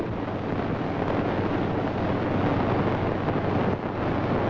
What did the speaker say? just